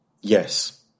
Yes